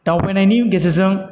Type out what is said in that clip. दावबायनायनि गेजेरजों